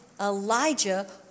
Elijah